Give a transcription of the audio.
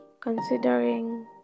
considering